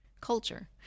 culture